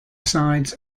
sides